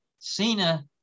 Cena